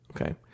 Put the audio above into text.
Okay